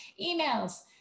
emails